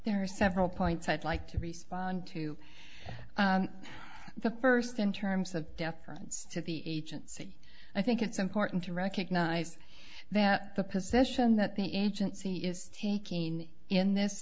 there are several points i'd like to respond to the first in terms of deference to the agency i think it's important to recognize that the position that the agency is taking in this